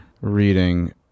reading